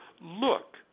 look